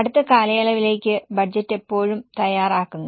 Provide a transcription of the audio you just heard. അടുത്ത കാലയളവിലേക്കാണ് ബജറ്റ് എപ്പോഴും തയ്യാറാക്കുന്നത്